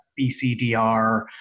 BCDR